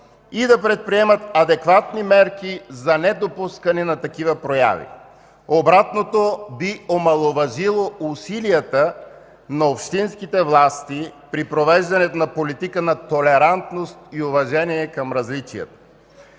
и да предприемат адекватни мерки за недопускане на такива прояви. Обратното би омаловажило усилията на общинските власти при провеждането на политика на толерантност и уважение към различията.